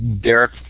Derek